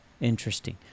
Interesting